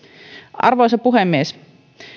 arvoisa puhemies